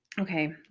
okay